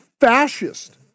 fascist